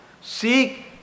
Seek